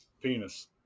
Penis